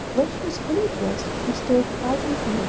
when she was fully dressed, she stole quietly from